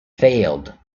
failed